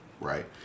right